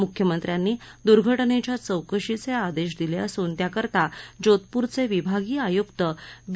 मुख्यमंत्र्यांनी दुर्घटनेच्या चौकशीचे आदेश दिले असुन त्याकरता जोधपूरचे विभागीय आयुक्त बी